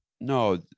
no